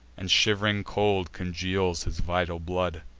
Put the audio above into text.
and shiv'ring cold congeals his vital blood.